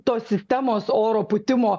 tos sistemos oro pūtimo